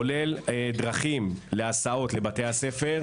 כולל דרכים להסעות לבתי הספר.